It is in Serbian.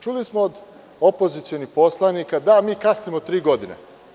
Čuli smo od opozicionih poslanika da mi kasnimo tri godine.